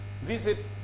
Visit